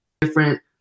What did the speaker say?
different